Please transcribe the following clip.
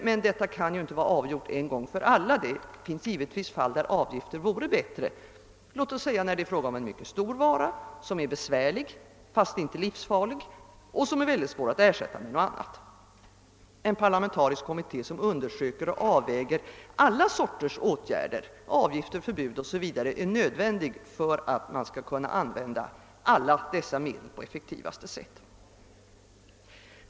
Men detta kan ju inte vara avgjort en gång för alla. Givetvis finns det fall där avgifter vore bättre, t.ex. när det gäller en mycket stor vara som är besvärlig, fast inte livsfarlig, och som är mycket svår att ersätta med något annat. En parlamentarisk kommitté som undersöker och avväger alla slags åtgärder — avgifter, förbud 0. s. v. — är nödvändig för att man skall kunna använda alla dessa medel på effektivaste sätt.